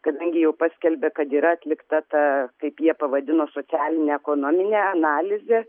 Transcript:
kadangi jau paskelbė kad yra atlikta ta kaip jie pavadino socialinė ekonominė analizė